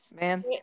Man